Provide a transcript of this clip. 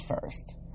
first